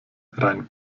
rein